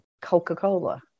Coca-Cola